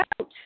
out